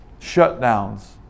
shutdowns